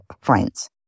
friends